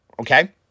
Okay